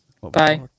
Bye